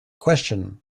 question